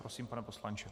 Prosím, pane poslanče.